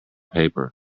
paper